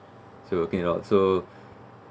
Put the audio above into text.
so you're working a lot so